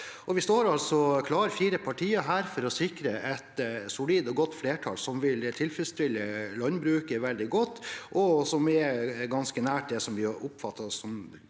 Vi står altså fire partier klare til å sikre et solid og godt flertall som vil tilfredsstille landbruket veldig godt, og som er ganske nær det vi har oppfattet